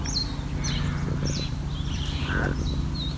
ह्म्म हाँ